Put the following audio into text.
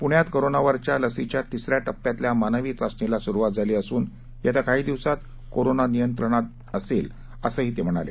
पुण्यात कोरोनावरच्या लसीच्या तिसऱ्या टप्प्यातल्या मानवी चाचणीला सुरूवात झाली असून येत्या काही दिवसात कोरोना नियंत्रणात असेल असंही ते म्हणाले